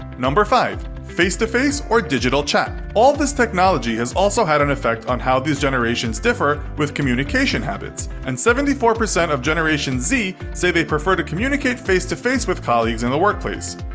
five. face to face or digital chat all this technology has also had an effect on how these generations differ with communication habits, and seventy four percent of generation z say they prefer to communicate face to face with colleagues in the workplace.